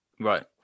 Right